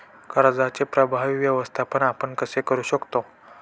कर्जाचे प्रभावी व्यवस्थापन आपण कसे करु शकतो?